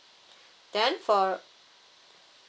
then for